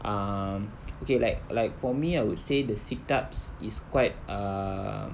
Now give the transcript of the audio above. um okay like like for me I would say the sit ups is quite uh